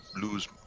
lose